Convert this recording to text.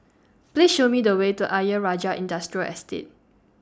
Please Show Me The Way to Ayer Rajah Industrial Estate